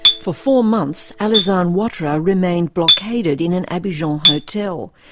for four months, alassane ouattara remained blockaded in an abidjan hotel,